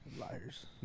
Liars